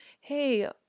Hey